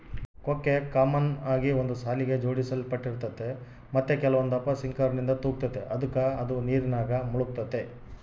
ಕೊಕ್ಕೆ ಕಾಮನ್ ಆಗಿ ಒಂದು ಸಾಲಿಗೆ ಜೋಡಿಸಲ್ಪಟ್ಟಿರ್ತತೆ ಮತ್ತೆ ಕೆಲವೊಂದಪ್ಪ ಸಿಂಕರ್ನಿಂದ ತೂಗ್ತತೆ ಅದುಕ ಅದು ನೀರಿನಾಗ ಮುಳುಗ್ತತೆ